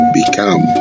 become